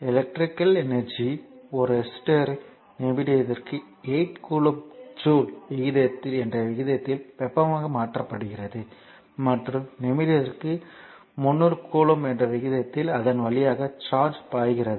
electrical energy ஒரு resistor ல் நிமிடத்திற்கு 8 கிலோ ஜூல் என்ற விகிதத்தில் வெப்பமாக மாற்றப்படுகிறது மற்றும் நிமிடத்திற்கு 300 கூலொம்ப் என்ற விகிதத்தில் அதன் வழியாக சார்ஜ் பாய்கிறது